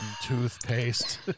toothpaste